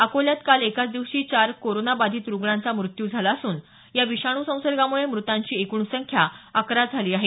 अकोल्यात काल एकाच दिवशी चार कोरोना बाधित रुग्णांचा मृत्यू झाला असून या विषाणू संसर्गामुळे मृतांची एकूण संख्या अकरा झाली आहे